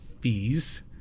fees